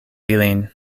ilin